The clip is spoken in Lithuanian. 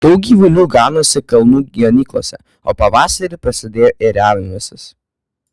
daug gyvulių ganosi kalnų ganyklose o pavasarį prasidėjo ėriavimasis